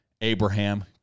Abraham